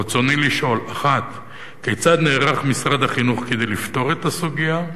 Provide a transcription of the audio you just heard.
רצוני לשאול: 1. כיצד נערך משרד החינוך כדי לפתור את הסוגיה?